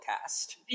cast